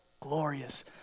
Glorious